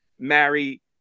marry